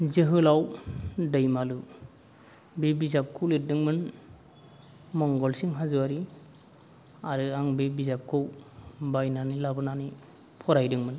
जोहोलाव दैमालु बे बिजाबखौ लिरदोंमोन मंगलसिं हाज'वारी आरो आं बे बिजाबखौ बायनानै लाबोनानै फरायदोंमोन